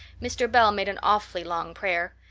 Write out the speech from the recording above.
mr. bell made an awfully long prayer.